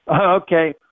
Okay